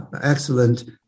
excellent